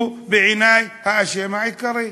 הוא בעיני האשם העיקרי.